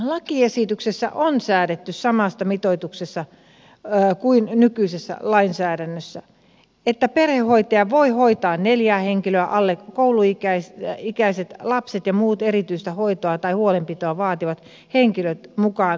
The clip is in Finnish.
lakiesityksessä on säädetty samasta mitoituksesta kuin nykyisessä lainsäädännössä niin että perhehoitaja voi hoitaa neljää henkilöä alle kouluikäiset lapset ja muut erityistä hoitoa tai huolenpitoa vaativat henkilöt mukaan luettuina